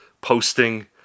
posting